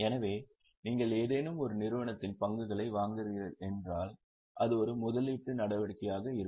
எனவே நீங்கள் ஏதேனும் ஒரு நிறுவனத்தின் பங்குகளை வாங்குகிறீர்கள் என்றால் அது ஒரு முதலீட்டு நடவடிக்கையாக இருக்கும்